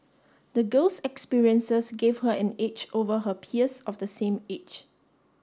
the girl's experiences gave her an edge over her peers of the same age